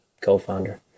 co-founder